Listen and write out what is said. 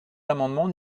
l’amendement